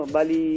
Bali